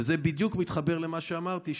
וזה בדיוק מתחבר למה שאמרתי,